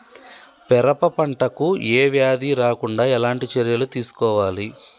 పెరప పంట కు ఏ వ్యాధి రాకుండా ఎలాంటి చర్యలు తీసుకోవాలి?